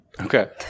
Okay